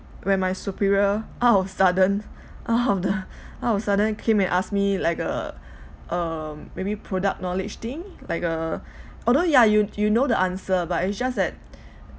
when my superior out of sudden out of the out of sudden came and ask me like uh um maybe product knowledge thing like uh although ya you you know the answer but it's just that